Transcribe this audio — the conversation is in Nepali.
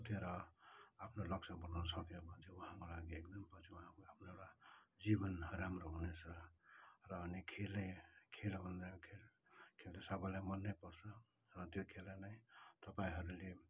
कुदेर आफ्नो लक्ष्य बनाउन सक्यो भने उहाँहरूको लागि एकदम पछि उहाँहरूको आफ्नो एउटा जीवन राम्रो हुनेछ र अनि खेलै खेल भन्दामा खेल त सबैलाई मनैपर्छ र त्यो खेललाई नै तपाईँहरूले